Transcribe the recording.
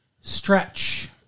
stretch